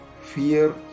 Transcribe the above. fear